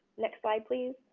next slide please.